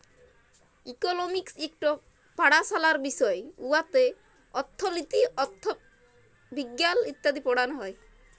economics ইকট পাড়াশলার বিষয় উয়াতে অথ্থলিতি, অথ্থবিজ্ঞাল ইত্যাদি পড়াল হ্যয়